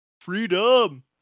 freedom